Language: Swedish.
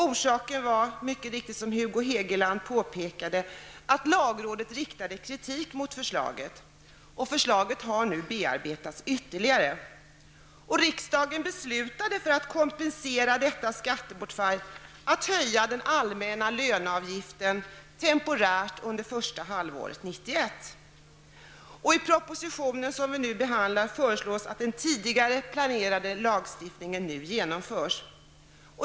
Orsaken var, som Hugo Hegeland mycket riktigt påpekade, att lagrådet riktade kritik mot förslaget. Förslaget har nu bearbetats ytterligare. För att detta skattebortfall skulle kompenseras beslutade riksdagen att höja den allmänna löneavgiften temporärt under första halvåret 1991. I den proposition som vi nu behandlar föreslås att den tidigare planerade lagstiftningen nu genomförs.